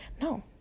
No